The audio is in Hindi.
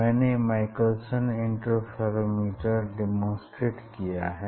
मैंने माईकलसन एक्सपेरिमेंट डेमोंस्ट्रेट किया है